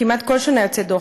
כמעט כל שנה יוצא דוח,